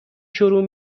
شروع